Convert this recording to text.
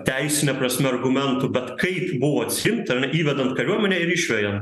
teisine prasme argumentų bet kaip buvo atsiimta įvedant kariuomenę ir išvejant